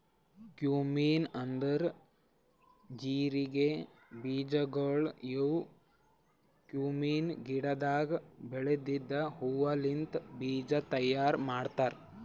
cumin ಅಂದುರ್ ಜೀರಿಗೆ ಬೀಜಗೊಳ್ ಇವು ಕ್ಯುಮೀನ್ ಗಿಡದಾಗ್ ಬೆಳೆದಿದ್ದ ಹೂ ಲಿಂತ್ ಬೀಜ ತೈಯಾರ್ ಮಾಡ್ತಾರ್